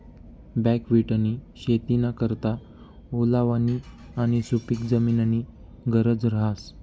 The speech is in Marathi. बकव्हिटनी शेतीना करता ओलावानी आणि सुपिक जमीननी गरज रहास